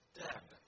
dead